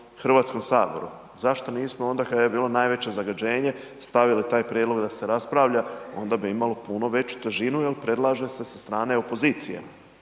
Hrvatskom saboru. Zašto nismo onda kada je bilo najveće zagađenje stavili taj prijedlog da se raspravlja, onda bi imalo puno veću težinu jer predlaže se sa strane opozicije.